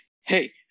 hey